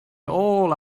all